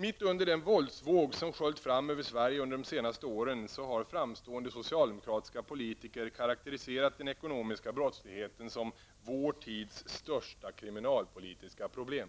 Mitt under den våldsvåg som sköljt fram över Sverige under de senaste åren har framstående socialdemokratiska politiker karaktäriserat den ekonomiska brottsligheten som ''vår tids största kriminalpolitiska problem''.